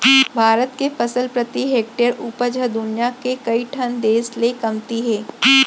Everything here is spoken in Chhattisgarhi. भारत के फसल प्रति हेक्टेयर उपज ह दुनियां के कइ ठन देस ले कमती हे